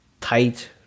tight